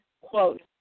Quote